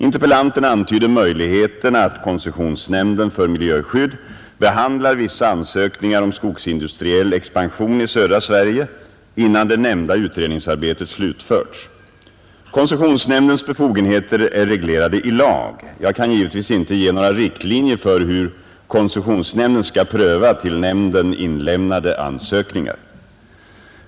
Interpellanten antyder möjligheten att koncessionsnämnden för miljöskydd behandlar vissa ansökningar om skogsindustriell expansion i södra Sverige innan det nämnda utredningsarbetet slutförts. Koncessionsnämndens befogenheter är reglerade i lag. Jag kan givetvis inte ge några riktlinjer för hur koncessionsnämnden skall pröva till nämnden inlämnade ansökningar.